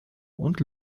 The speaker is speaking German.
und